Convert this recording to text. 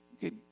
good